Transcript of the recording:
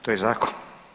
To je zakon.